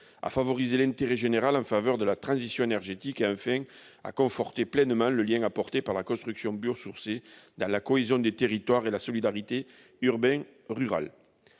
à favoriser l'intérêt général en matière de transition énergétique et, enfin, à conforter pleinement le lien apporté par la construction biosourcée dans la cohésion des territoires et la solidarité entre